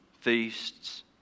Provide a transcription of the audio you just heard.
feasts